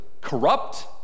corrupt